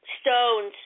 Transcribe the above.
stones